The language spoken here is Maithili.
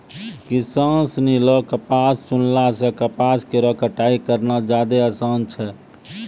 किसान सिनी ल कपास चुनला सें कपास केरो कटाई करना जादे आसान छै